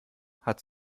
hat